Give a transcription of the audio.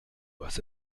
was